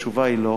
התשובה היא לא,